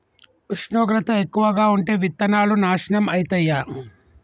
ఉష్ణోగ్రత ఎక్కువగా ఉంటే విత్తనాలు నాశనం ఐతయా?